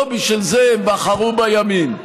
לא בשביל זה הם בחרו בימין.